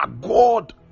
god